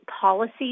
policy